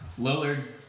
Lillard